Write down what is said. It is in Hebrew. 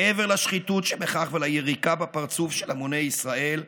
מעבר לשחיתות שבכך וליריקה בפרצוף של המוני ישראל,